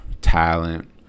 talent